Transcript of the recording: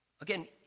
Again